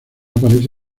aparece